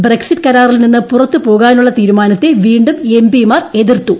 Brexit കരാറിൽ നിന്ന് പുറത്തുപോകാനുള്ള തീരുമാനത്തെ വീണ്ടും എംപിമാർ എതിർത്തു